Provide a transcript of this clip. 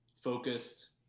focused